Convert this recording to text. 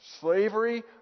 Slavery